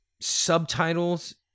Subtitles